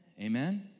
Amen